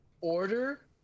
order